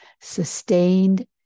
sustained